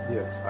Yes